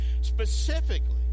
specifically